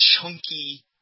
chunky